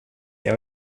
jag